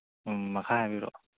ꯎꯝ ꯃꯈꯥ ꯍꯥꯏꯕꯤꯔꯛꯑꯣ